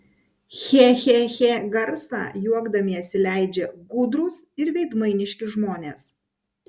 che che che garsą juokdamiesi leidžia gudrūs ir veidmainiški žmonės